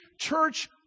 church